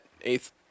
eighth